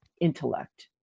Intellect